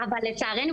אבל לצערנו,